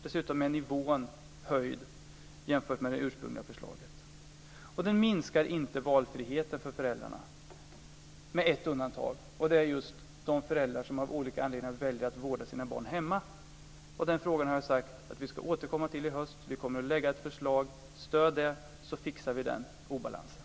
Dessutom är nivån höjd jämfört med det ursprungliga förslaget. Valfriheten för föräldrarna minskas inte, dock med ett undantag och det gäller då de föräldrar som av olika anledningar väljer att vårda sina barn hemma. Den frågan har jag sagt att vi ska återkomma till i höst. Vi kommer att lägga fram ett förslag. Stöd det, så fixar vi den obalansen!